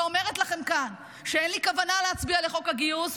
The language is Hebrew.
ואני אומרת לכם כאן שאין לי כוונה להצביע לחוק הגיוס.